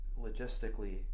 logistically